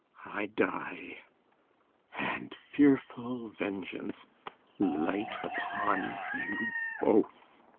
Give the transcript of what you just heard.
i die and fearful vengeance light upon you both!